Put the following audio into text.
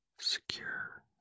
secure